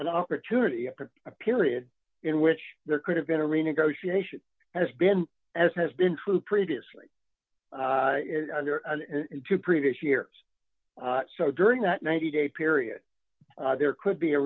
an opportunity for a period in which there could have been a renegotiation has been as has been true previously in two previous years during that ninety day period there could be a